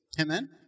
Amen